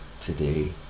today